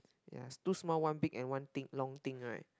ya two small one big and one thick one long thing right